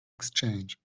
exchange